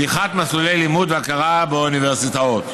פתיחת מסלולי לימוד והכרה באוניברסיטאות.